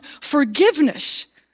forgiveness